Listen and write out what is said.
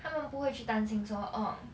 他们不会去担心说 orh